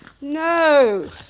no